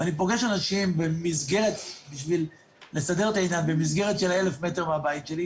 ואני פוגש אנשים במסגרת של ה-1,000 מטר מהבית שלי.